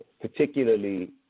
particularly